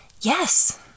Yes